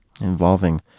involving